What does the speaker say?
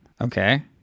Okay